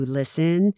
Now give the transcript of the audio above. listen